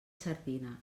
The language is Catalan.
sardina